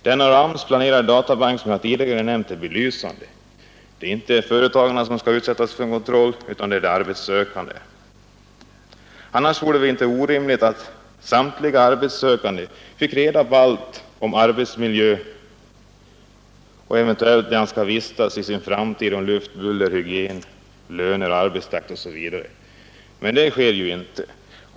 Den av AMS planerade databanken som jag tidigare nämnt är belysande. Det är inte företagen som skall utsättas för kontroll utan det är de arbetssökande. Annars vore det inte orimligt om samtliga arbetssökande fick reda på allt om arbetsmiljön där de eventuellt skall vistas i framtiden, om luft, buller, hygien, löner, arbetstakt osv. Men det sker inte.